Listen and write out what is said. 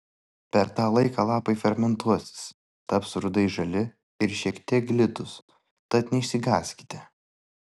per tą laiką lapai fermentuosis taps rudai žali ir šiek tiek glitūs tad neišsigąskite